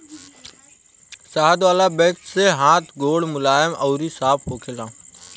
शहद वाला वैक्स से हाथ गोड़ मुलायम अउरी साफ़ होखेला